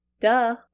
duh